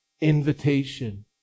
invitation